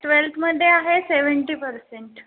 ट्वेल्थमध्ये आहे seventy percent